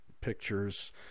pictures